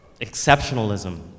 exceptionalism